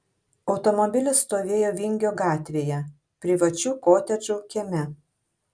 automobilis stovėjo vingio gatvėje privačių kotedžų kieme